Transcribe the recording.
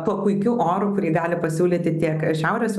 tuo puikiu oru kurį gali pasiūlyti tiek šiaurės